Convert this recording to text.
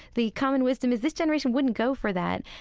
the common wisdom is this generation wouldn't go for that.